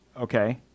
okay